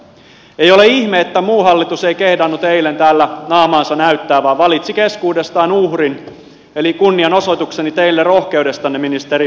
ei ole ihme että muu hallitus ei kehdannut eilen täällä naamaansa näyttää vaan valitsi keskuudestaan uhrin eli kunnianosoitukseni teille rohkeudestanne ministeri urpilainen